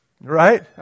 Right